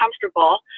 comfortable